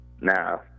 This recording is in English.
No